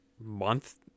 month